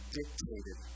dictated